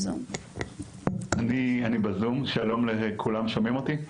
אני בזום, שלום לכולם שומעים אותי?